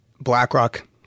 BlackRock